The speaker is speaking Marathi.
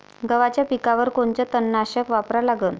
गव्हाच्या पिकावर कोनचं तननाशक वापरा लागन?